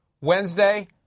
Wednesday